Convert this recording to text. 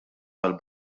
tal